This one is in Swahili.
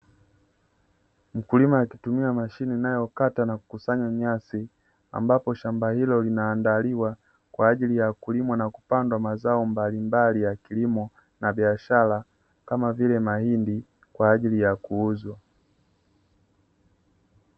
Mkulima akitumia mashine inayokata na kukusanya nyasi ambapo shamba hilo linaandaliwa kwa ajili ya kulimwa na kupandwa mazao mbalimbali ya kilimo na biashara kama vile mahindi, kwa ajili ya kuuzwa.